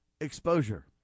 exposure